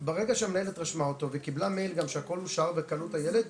ברגע שהמנהלת רשמה אותו וקיבלה מייל גם שהכול אושר וקלטו את הילד,